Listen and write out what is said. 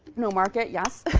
no market, yes.